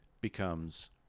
becomes